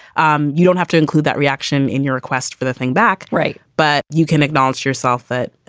um you don't have to include that reaction in your request for the thing back. right. but you can acknowledge yourself that,